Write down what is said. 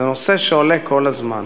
זה נושא שעולה כל הזמן,